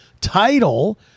title